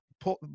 Pull